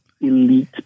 elite